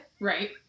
Right